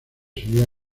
sería